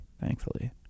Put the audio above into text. thankfully